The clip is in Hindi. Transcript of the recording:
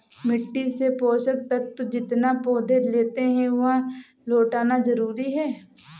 मिट्टी से पोषक तत्व जितना पौधे लेते है, वह लौटाना जरूरी है